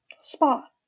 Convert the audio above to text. spot